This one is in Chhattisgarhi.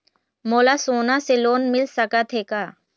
मोला सोना से लोन मिल सकत हे का?